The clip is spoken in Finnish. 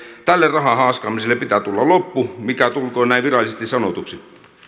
tälle rahan haaskaamiselle pitää tulla loppu mikä tulkoon näin virallisesti sanotuksi